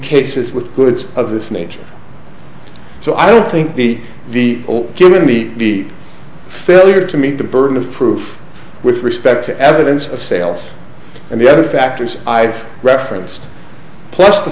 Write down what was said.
cases with goods of this nature so i don't think the the old given the failure to meet the burden of proof with respect to evidence of sales and the other factors i've referenced plus the